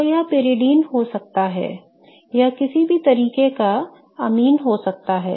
तो यह पिरिडीन हो सकता है यह किसी भी तरह का एमाइन हो सकता है